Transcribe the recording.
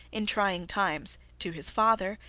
in trying times, to his father,